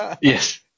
Yes